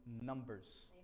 numbers